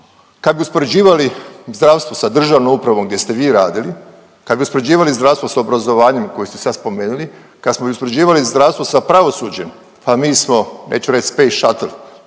Kad bi uspoređivali zdravstvo sa državnom upravom gdje se vi radili, kad bi uspoređivali zdravstvo sa obrazovanjem koje ste sad spomenuli, kad smo uspoređivali zdravstvo sa pravosuđem pa mi smo neću reći space shuttle